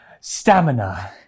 stamina